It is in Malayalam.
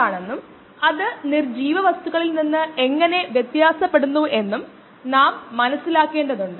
ഉൽപ്പന്നത്തിൽ മാത്രം നമുക്ക് താൽപ്പര്യമുള്ളതിനാൽ മറ്റ് മെറ്റീരിയലിൽ നിന്ന് നമ്മൾ അത് നീക്കംചെയ്യേണ്ടതുണ്ട്